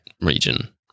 region